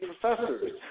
professors